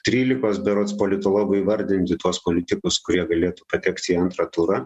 trylikos berods politologų įvardinti tuos politikus kurie galėtų patekti į antrą turą